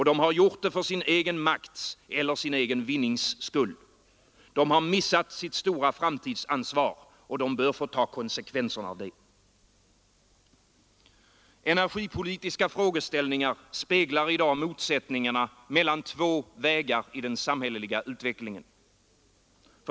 De har gjort det för sin egen makts eller sin egen vinnings skull. De har missat sitt stora framtidsansvar. De bör få ta konsekvenserna av det. Energipolitiska frågeställningar speglar i dag motsättningarna mellan två vägar i den samhälleliga utvecklingen.